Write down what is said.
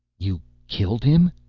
you killed him?